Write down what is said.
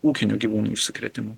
ūkinių gyvūnų užsikrėtimų